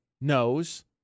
knows